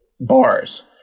bars